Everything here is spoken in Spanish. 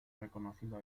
reconocido